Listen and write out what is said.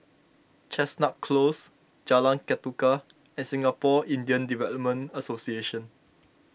Chestnut Close Jalan Ketuka and Singapore Indian Development Association